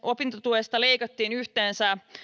opintotuesta leikattiin yhteensä